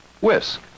Whisk